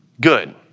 good